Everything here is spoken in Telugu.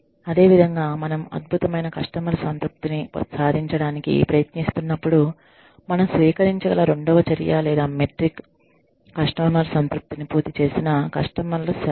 అదేవిధంగా మనం అద్భుతమైన కస్టమర్ సంతృప్తిని సాధించడానికి ప్రయత్నిస్తున్నప్పుడు మనం స్వీకరించగల రెండవ చర్య లేదా మెట్రిక్ కస్టమర్ సంతృప్తిని పూర్తి చేసిన కస్టమర్ల శాతం